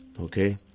Okay